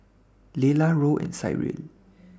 Layla Roe and Cyril